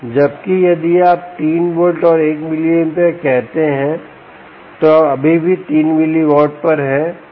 जबकि यदि आप 3 वोल्ट और 1 मिलीएंपियर कहते हैं तो आप अभी भी 3 मिलिवाट पर हैं जो अभी भी ठीक है